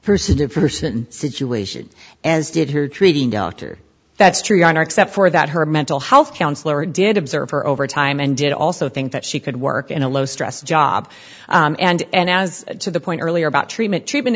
person to person situation as did her treating doctor that's true on our except for that her mental health counselor did observe her over time and did also think that she could work in a low stress job and as to the point earlier about treatment treatment